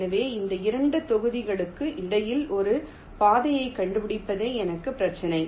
எனவே இந்த 2 செங்குத்துகளுக்கு இடையில் ஒரு பாதையை கண்டுபிடிப்பதே எனது பிரச்சினை